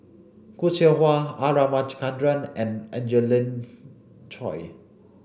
Khoo Seow Hwa R Ramachandran and Angelina Choy